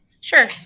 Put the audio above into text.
Sure